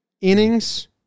innings